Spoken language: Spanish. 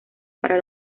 para